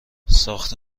ساخت